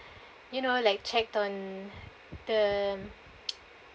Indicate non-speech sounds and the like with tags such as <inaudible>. you know like checked on them <noise>